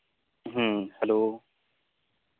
ᱦᱮᱸ ᱦᱮᱞᱳ